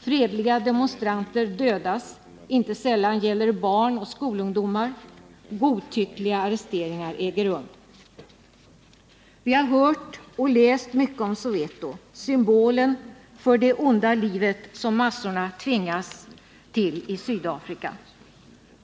Fredliga demonstranter dödas — inte sällan gäller det barn och skolungdomar — och godtyckliga arresteringar äger rum. Vi har hört och läst mycket om Soweto, symbolen för det onda liv som massorna i Sydafrika tvingas leva.